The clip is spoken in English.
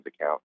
account